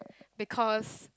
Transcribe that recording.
because